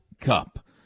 Cup